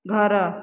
ଘର